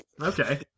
Okay